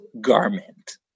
garment